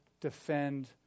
defend